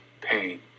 pain